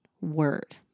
word